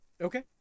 Okay